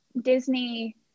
Disney